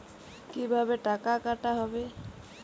কিভাবে টাকা কাটা হবে?